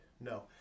no